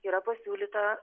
yra pasiūlyta